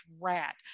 rat